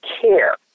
care